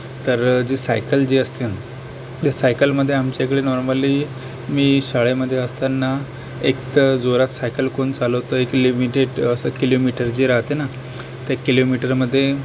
तर जी सायकल जी असते त्या सायकलमध्ये आमच्याकडे नॉर्मली मी शाळेमध्ये असताना एक तर जोरात सायकल कोण चालवतं एक लिमिटेड असं किलोमीटर जी राहते ना त्या किलोमीटरमध्ये